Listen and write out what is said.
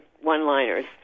one-liners